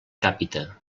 càpita